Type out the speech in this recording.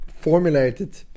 formulated